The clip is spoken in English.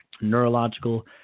neurological